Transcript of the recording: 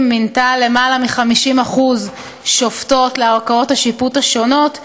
מינתה יותר מ-50% שופטות לערכאות השיפוט השונות.